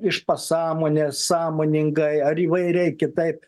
iš pasąmonės sąmoningai ar įvairiai kitaip